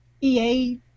EA